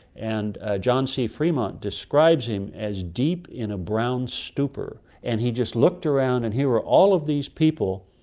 and ah john c. fremont describes him as deep in a brown stupor and he just looked around and here were all of these people,